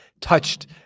touched